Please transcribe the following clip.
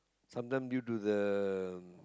sometime due to the